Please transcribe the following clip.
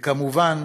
וכמובן,